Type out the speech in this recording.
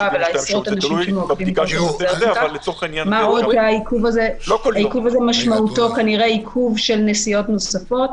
העיכוב הזה משמעותו כנראה עיכוב של נסיעות נוספות.